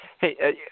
hey